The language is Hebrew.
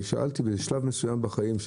שאלתי בשלב מסוים בחיים,